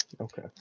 okay